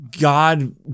God